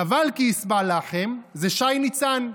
"נבל כי ישבע לחם" זה שי ניצן,